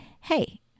hey